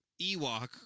Ewok